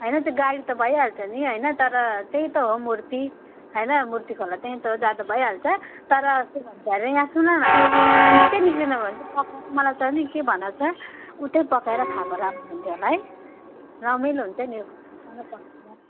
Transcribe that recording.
हइन त्यो गाडी त भइहाल्छ नि होइन तर त्यही त हो मुर्ती होइन मुर्ती खोला त्यहीँ त हो जाँदा भइहाल्छ तर के भन्छ अरे यहाँ सुन न छिट्टै निक्लिनु हो भने चाहिँ पकाएर मलाई त नि के भन त उतै पकाएर खाएको राम्रो हुन्थ्यो होला है रमाइलो हुन्छ नि सबैले पकाउँदा